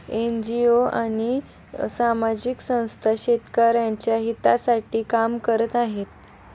NGO आणि सामाजिक संस्था शेतकऱ्यांच्या हितासाठी काम करत आहेत